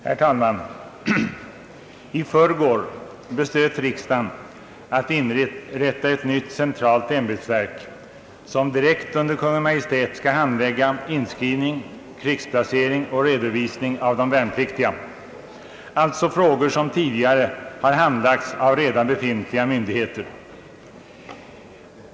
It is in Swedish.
Herr talman! I förrgår beslöt riksdagen att inrätta ett nytt centralt ämbetsverk, som direkt under Kungl. Maj:t skall handlägga inskrivning, krigsplacering och redovisning av de värnpliktiga, alltså frågor som tidigare har handlagts av redan befintliga myndigheter.